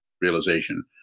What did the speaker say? realization